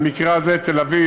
במקרה הזה תל-אביב,